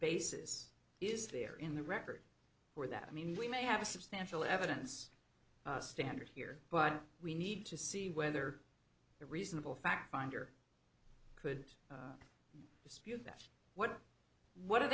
basis is there in the record or that i mean we may have substantial evidence standard here but we need to see whether the reasonable fact finder could use that what what are